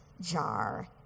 jar